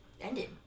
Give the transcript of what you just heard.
ended